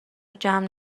جمع